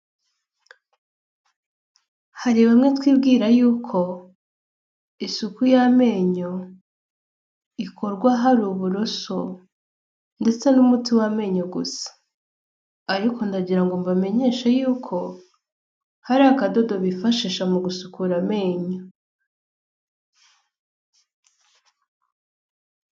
Hari bimwe twibwira y'uko isuku y'amenyo ikorwa hari uburoso, ndetse n'umuti w'amenyo gusa, ariko ndagirango ngo mbamenyeshe y'uko hari akadodo bifashisha mu gusukura amenyo.